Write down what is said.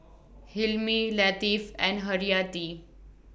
Hilmi Latif and Haryati